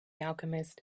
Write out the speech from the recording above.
alchemist